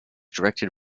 directed